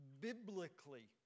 biblically